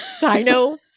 Dino